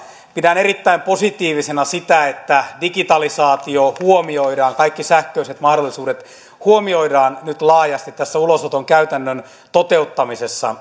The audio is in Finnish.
pidän erittäin positiivisena sitä että digitalisaatio huomioidaan kaikki sähköiset mahdollisuudet huomioidaan nyt laajasti tässä ulosoton käytännön toteuttamisessa